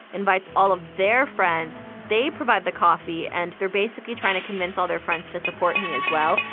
invites all of their friends. they provide the coffee. and they're basically trying to convince all their friends to support me as well.